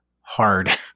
hard